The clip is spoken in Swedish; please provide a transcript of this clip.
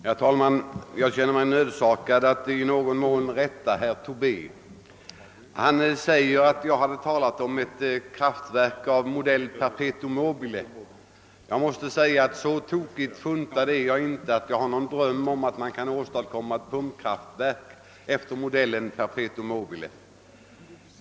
Herr talman! Jag känner mig nödsakad att i någon mån rätta herr Tobé. Han påstår att jag hade talat om ett kraftverk av modell perpetuum mobile. Så tokigt funtad är jag inte att jag har någon dröm om att det skall kunna åstadkommas ett pumpkraftverk efter modell perpetuum mobile.